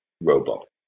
robot